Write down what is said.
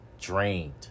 Drained